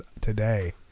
today